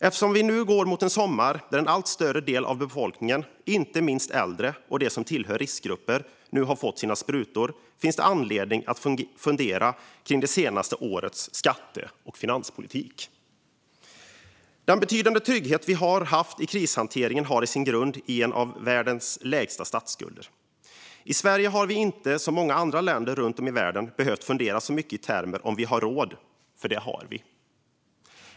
Nu när vi går mot en sommar då en allt större del av befolkningen, inte minst äldre och de som tillhör riskgrupper, har fått sina sprutor finns det anledning att fundera över det senaste årets skatte och finanspolitik. Den betydande trygghet vi har haft i krishanteringen har sin grund i en av världens lägsta statsskulder. I Sverige har vi inte, som i många andra länder runt om i världen, behövt fundera så mycket i termer av om vi har råd, för det har vi.